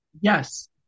yes